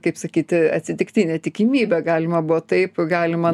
kaip sakyti atsitiktinė tikimybė galima buvo taip galima